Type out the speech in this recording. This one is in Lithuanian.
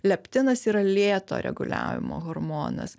leptinas yra lėto reguliavimo hormonas